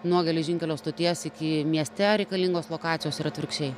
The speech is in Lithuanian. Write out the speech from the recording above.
nuo geležinkelio stoties iki mieste reikalingos lokacijos ir atvirkščiai